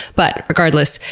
but, regardless,